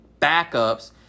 backups